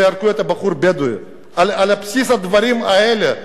שהרגו את הבחור הבדואי על בסיס הדברים האלה,